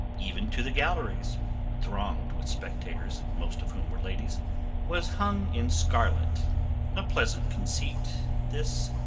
even to the galleries thronged with spectators, most of whom were ladies was hung in scarlet a pleasant conceit, this,